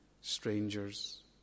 strangers